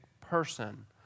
person